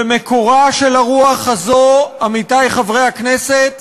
ומקורה של הרוח הזו, עמיתי חברי הכנסת,